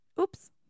Oops